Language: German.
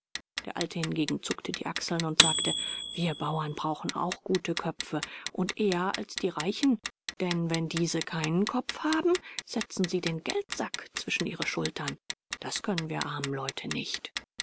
der alte hingegen zuckte die achseln und sagte wir bauern brauchen auch gute köpfe und eher als die reichen denn wenn diese keinen kopf haben setzen sie den geldsack zwischen ihre schultern das können wir armen leute nicht